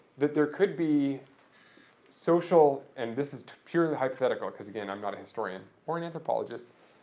that there could be social and this is purely hypothetical because again i'm not a historian or an anthropologist.